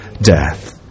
death